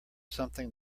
something